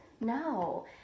No